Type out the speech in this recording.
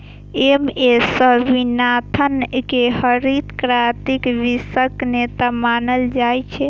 M S Swaminathan कें हरित क्रांतिक वैश्विक नेता मानल जाइ छै